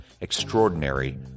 Extraordinary